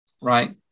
right